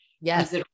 Yes